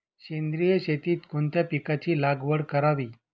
सेंद्रिय शेतीत कोणत्या पिकाची लागवड करावी?